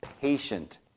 patient